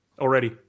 already